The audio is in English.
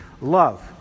Love